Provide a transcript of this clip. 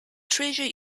treasure